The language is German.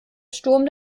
sturm